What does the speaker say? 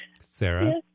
Sarah